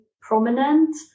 prominent